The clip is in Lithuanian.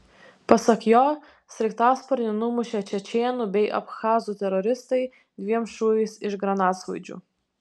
pasak jo sraigtasparnį numušė čečėnų bei abchazų teroristai dviem šūviais iš granatsvaidžių